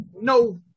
no